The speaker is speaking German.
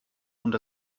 und